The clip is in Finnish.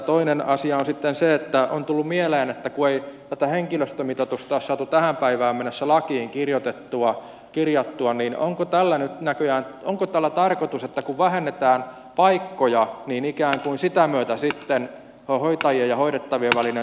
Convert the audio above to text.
toinen asia on sitten se että on tullut mieleen että kun ei tätä henkilöstömitoitusta ole saatu tähän päivään mennessä lakiin kirjattua niin onko tällä tarkoitus että kun vähennetään paikkoja niin ikään kuin sen myötä sitten hoitajien ja hoidettavien välinen suhdeluku